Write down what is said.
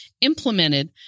implemented